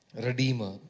redeemer